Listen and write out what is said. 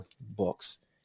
books